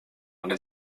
ale